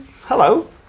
Hello